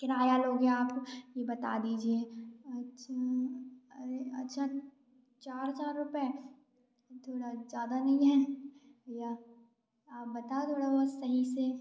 किराया लोगे आप ये बता दीजिए अच्छा अच्छा चार हजार रूपए थोड़ा ज़्यादा नहीं है या आप बताओ थोड़ा बहुत सही से